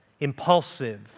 impulsive